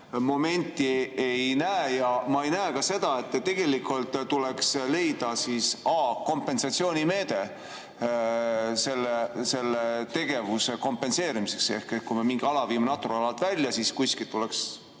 momenti ei näe. Ja ma ei näe ka seda, et oleks leitud mingi kompensatsioonimeede selle tegevuse kompenseerimiseks. Ehk kui me mingi ala viime Natura alalt välja, siis kuskilt tuleks